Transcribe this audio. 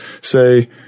say